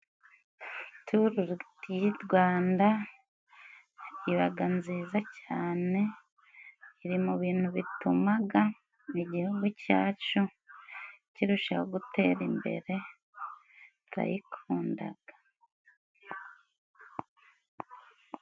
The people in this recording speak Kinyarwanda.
Turu di Rwanda ibaga nziza cyane， iri mu bintu bitumaga igihugu cyacu kirushaho gutera imbere turayikundaga.